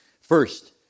First